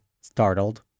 startled